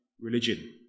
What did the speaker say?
religion